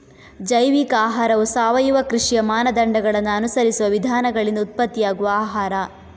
ಜೈವಿಕ ಆಹಾರವು ಸಾವಯವ ಕೃಷಿಯ ಮಾನದಂಡಗಳನ್ನ ಅನುಸರಿಸುವ ವಿಧಾನಗಳಿಂದ ಉತ್ಪತ್ತಿಯಾಗುವ ಆಹಾರ